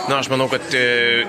na aš manau kad tai